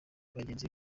bagenzi